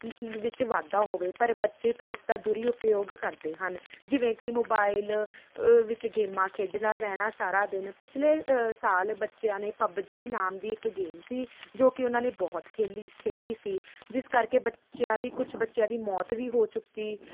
ਵਿੱਚ ਵਾਧਾ ਹੋਵੇ ਪਰ ਬੱਚੇ ਤਾਂ ਇਸ ਦਾ ਦੂਰਉਪਯੋਗ ਕਰਦੇ ਹਨ ਜਿਵੇਂ ਕਿ ਮੋਬਾਇਲ ਵਿੱਚ ਗੇਮਾਂ ਖੇਡਦਾ ਰਹਿਣਾ ਸਾਰਾ ਦਿਨ ਪਿਛਲੇ ਸਾਲ ਬੱਚਿਆਂ ਨੇ ਪਬਜੀ ਨਾਮ ਦੀ ਇੱਕ ਗੇਮ ਸੀ ਜੋ ਕਿ ਉਹਨਾਂ ਨੇ ਬਹੁਤ ਖੇਡੀ ਖੇਡੀ ਸੀ ਜਿਸ ਕਰਕੇ ਬੱਚਿਆਂ ਦੀ ਕੁਛ ਬੱਚਿਆਂ ਦੀ ਮੌਤ ਵੀ ਹੋ ਚੁੱਕੀ